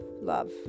love